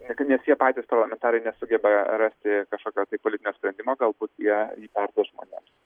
net ir nes jie patys parlamentarai nesugeba rasti kažkokio tai politinio sprendimo galbūt jie jį perduos žmonėms